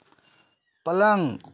पलंग